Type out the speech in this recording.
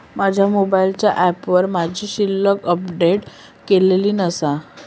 माझ्या मोबाईलच्या ऍपवर माझी शिल्लक अपडेट केलेली नसा